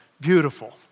beautiful